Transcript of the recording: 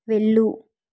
వెళ్ళు